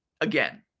Again